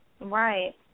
Right